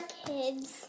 kids